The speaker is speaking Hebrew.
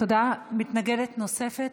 מתנגדת נוספת,